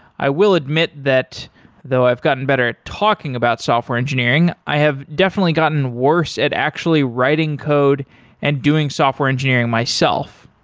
i will admit that though i've gotten better at talking about software engineering, i have definitely gotten worse at actually writing code and doing software engineering myself.